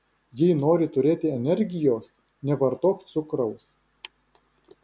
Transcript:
jei nori turėti energijos nevartok cukraus